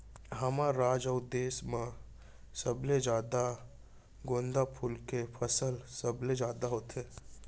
हमर राज अउ देस म सबले जादा गोंदा फूल के फसल सबले जादा होथे